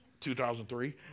2003